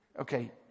Okay